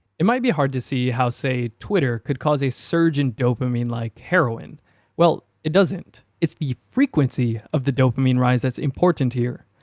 it might be hard to see how say twitter could cause a surge in dopamine like heroin well, it doesn't. it's the frequency of the dopamine rise that's important here.